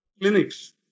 clinics